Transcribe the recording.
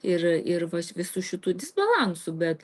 ir ir va visų šitų disbalansų bet